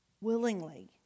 Willingly